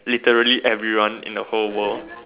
literally everyone in the whole world